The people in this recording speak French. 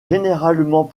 généralement